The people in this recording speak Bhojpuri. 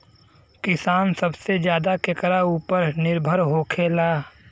किसान सबसे ज्यादा केकरा ऊपर निर्भर होखेला?